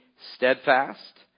steadfast